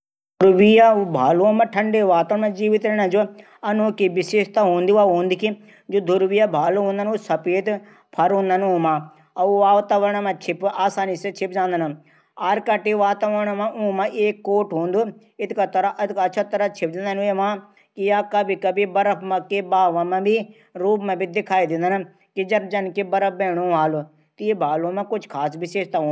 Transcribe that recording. ध्रुवीय भालुओं ठंडा वातावरण मा जीवित रैणा की अनोखी विशेषता हूदी वा जू धुव्रीय भालू हूदन ऊ सफेद फर हूदन ऊमा ऊ वातावरण मा आसनी से छिप जांदन। आरकेटटीक वातावरण मा एक कोट हूदू। इस अच्छा तरह छिप जांदा वेमा सफेद परत तरह ऊंका शरीर मा।